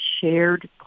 shared